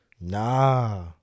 Nah